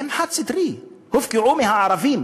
חד-סטרי, הופקעו מהערבים